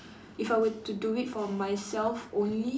if I were to do it for myself only